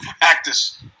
practice